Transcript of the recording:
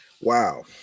Wow